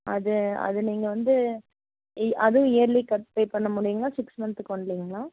அது அது நீங்கள் வந்து அதுவும் இயர்லி கட் பே பண்ண முடியும்ன்னா சிக்ஸ் மந்த்துக்கு ஒன்லிங்க